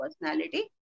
personality